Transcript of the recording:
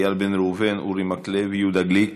איל בן ראובן, אורי מקלב, יהודה גליק,